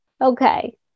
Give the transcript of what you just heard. okay